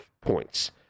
points